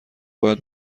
باید